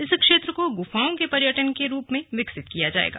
इस क्षेत्र को गुफाओं के पर्यटन के रूप में विकसित किया जायेगा